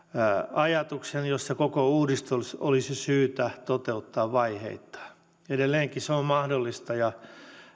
ajatuksen että koko uudistus olisi syytä toteuttaa vaiheittain edelleenkin se on mahdollista ja